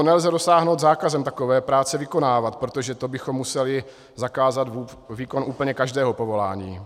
Toho nelze dosáhnout zákazem takové práce vykonávat, protože to bychom museli zakázat výkon úplně každého povolání.